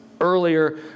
earlier